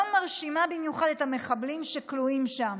לא מרשימה במיוחד את המחבלים שכלואים שם".